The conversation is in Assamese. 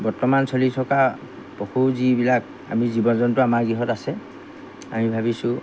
বৰ্তমান চলি থকা পশু যিবিলাক আমি জীৱ জন্তু আমাৰ গৃহত আছে আমি ভাবিছোঁ